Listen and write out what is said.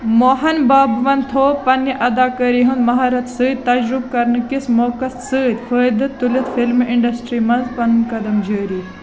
موہن بابوہَن تھوٚو پنٕنہِ اداکٲری ہٕنٛدِ مہارت سۭتۍ تجرُبہٕ کَرنہٕ کِس موقعس سۭتۍ فٲیدٕ تُلِتھ فِلمہِ اِنٛڈسٹرٛی منٛز پنُن قدم جٲری